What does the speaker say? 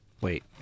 Wait